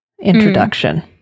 introduction